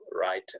right